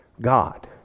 God